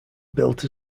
built